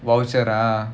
voucher lah